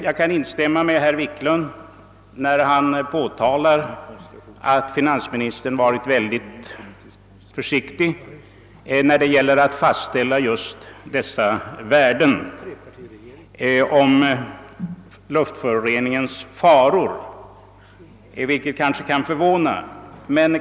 Jag kan instämma i herr Wiklunds i Stockholm anförande när han påtalar att finansministern varit utomordentligt försiktig när det gäller att fastställa just dessa värden, d.v.s. luftföroreningens faror, vilket kan vara förvånande.